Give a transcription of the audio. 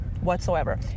whatsoever